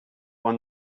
won